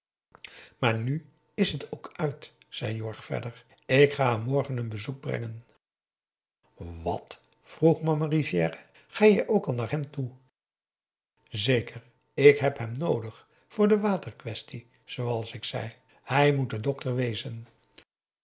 maar nu is het ook uit zei jorg verder ik ga hem morgen een bezoek brengen wat vroeg mama rivière ga jij ook al naar hem toe zeker ik heb hem noodig voor de waterquaestie zooals ik zei hij moet de dokter wezen